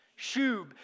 Shub